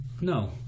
no